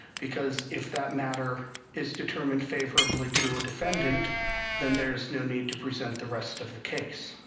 because if that matter is determined favorably to a defendant then there is no need to present the rest of the case.